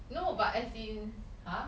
no but as in !huh!